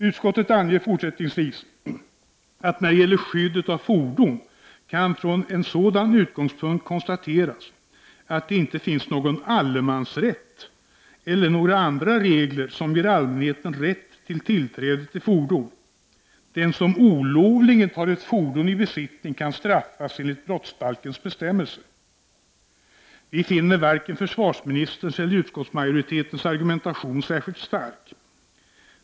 Utskottet anger fortsättningsvis att när det gäller skyddet av fordon kan från en sådan utgångspunkt konstateras att det inte finns någon allemansrätt eller några andra regler som ger allmänheten rätt till tillträde av fordon. Den som olovligen tar ett fordon i besittning kan straffas enligt brottsbalkens bestämmelser. Vi finner varken försvarsministerns eller utskottsmajoritetens argumentation särskilt stark.